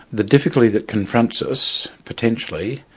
the difficulty that confronts us, potentially,